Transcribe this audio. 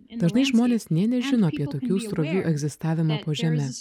dažnai žmonės nė nežino apie tokių srovių egzistavimą po žeme